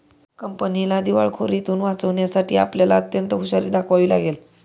कंपनीला दिवाळखोरीतुन वाचवण्यासाठी आपल्याला अत्यंत हुशारी दाखवावी लागेल